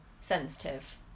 sensitive